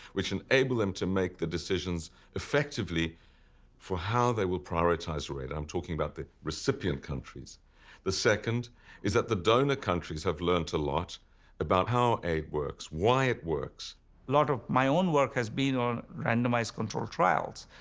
which enable them to make the decisions effectively for how they will prioritize their aid. i'm talking about, the recipient countries the second is that the donor countries have learnt a lot about how aid works, why it works. a lot of my own work has been on randomised control trials.